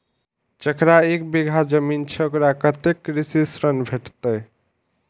जकरा एक बिघा जमीन छै औकरा कतेक कृषि ऋण भेटत?